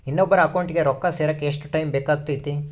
ಇನ್ನೊಬ್ಬರ ಅಕೌಂಟಿಗೆ ರೊಕ್ಕ ಸೇರಕ ಎಷ್ಟು ಟೈಮ್ ಬೇಕಾಗುತೈತಿ?